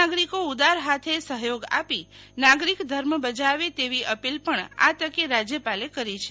નાગરિકો ઉદાર હાથે સહયોગ આપી નાગરિક ધર્મ બજાવે તેવી અપીલ પણ આ તકે રાજ્યપાલએ કરી છે